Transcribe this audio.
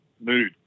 mood